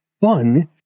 fun